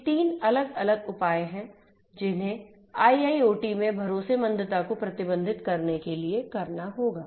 ये तीन अलग अलग उपाय हैं जिन्हें IIoT में भरोसेमंदता को प्रबंधित करने के लिए करना होगा